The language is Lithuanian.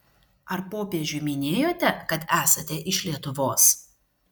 ar popiežiui minėjote kad esate iš lietuvos